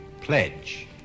pledge